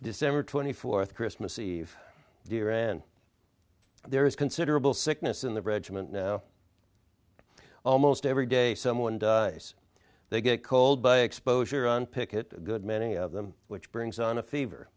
december twenty fourth christmas eve dear and there is considerable sickness in the regiment now almost every day someone they get cold by exposure on picket good many of them which brings on a fever